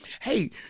Hey